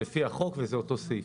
זה לפי החוק וזה אותו סעיף.